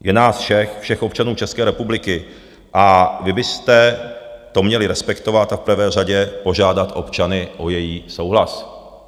Je nás všech, všech občanů České republiky, a vy byste to měli respektovat a v prvé řadě požádat občany o jejich souhlas.